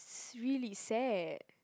is really sad